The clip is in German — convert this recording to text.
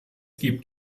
gibt